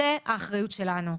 זו האחריות שלנו.